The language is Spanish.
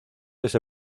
ese